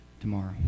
tomorrow